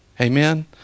Amen